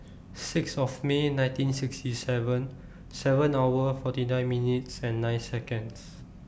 six of May nineteen sixty seven seven hour forty nine minutes and nine Seconds